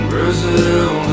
Brazil